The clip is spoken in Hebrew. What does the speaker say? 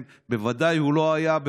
בוודאי הוא לא היה,